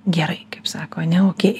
gerai kaip sako ane okei